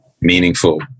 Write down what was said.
meaningful